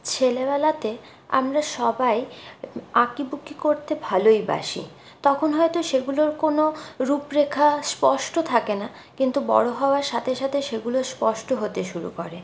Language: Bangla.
ছেলেবেলাতে আমরা সবাই আঁকিবুকি করতে ভালোইবাসি তখন হয়তো সেগুলোর কোন রূপরেখা স্পষ্ট থাকে না কিন্তু বড় হওয়ার সাথে সাথে সেগুলো স্পষ্ট হতে শুরু করে